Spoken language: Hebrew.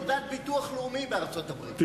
תציג תעודת ביטוח לאומי בארצות-הברית.